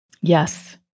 Yes